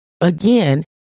Again